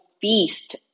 feast